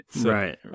right